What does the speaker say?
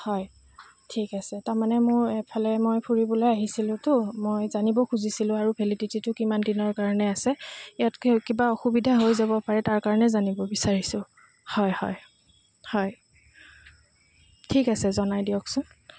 হয় ঠিক আছে তাৰমানে মোৰ এফালে মই ফুৰিবলৈ আহিছিলোঁতো মই জানিব খুজিছিলোঁ আৰু ভেলিডিটিটো কিমান দিনৰ কাৰণে আছে ইয়াত কিবা অসুবিধা হৈ যাব পাৰে তাৰ কাৰণে জানিব বিচাৰিছোঁ হয় হয় হয় ঠিক আছে জনাই দিয়কচোন